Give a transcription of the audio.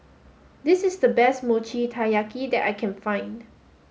this is the best Mochi Taiyaki that I can find